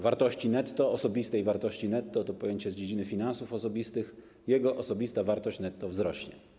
W rozumieniu osobistej wartości netto - to pojęcie z dziedziny finansów osobistych - jego osobista wartość netto wzrośnie.